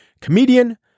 comedian